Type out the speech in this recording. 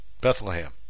Bethlehem